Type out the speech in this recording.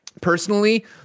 Personally